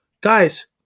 guys